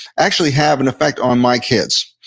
actually have an affect on my kids.